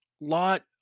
lot